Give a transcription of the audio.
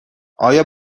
آیا